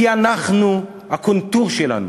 כי אנחנו, הקונטור שלנו